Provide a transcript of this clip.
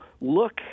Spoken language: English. look